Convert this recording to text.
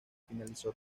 finalizó